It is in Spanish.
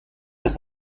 los